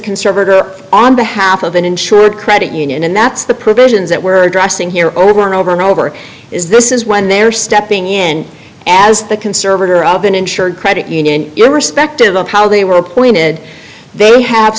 conservator on behalf of an insured credit union and that's the provisions that we're addressing here over and over and over is this is when they are stepping in as the conservator of an insured credit union irrespective of how they were appointed they have